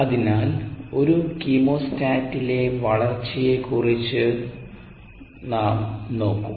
അതിനാൽ ഒരു കീമോസ്റ്റാറ്റിലെ വളർച്ചയെക്കുറിച്ച് നമ്മൾ നോക്കും